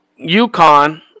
UConn